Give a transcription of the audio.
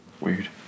Weird